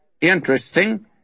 interesting